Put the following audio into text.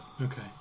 okay